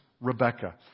Rebecca